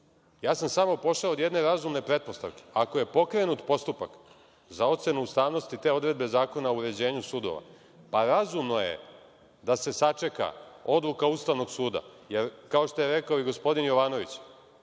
Samo sam pošao od jedne razumne pretpostavke, ako je pokrenut postupak za ocenu ustavnosti te odredbe Zakona o uređenju sudova, pa razumno je da se sačeka odluka Ustavnog suda, jer kao što je rekao i gospodin Jovanović,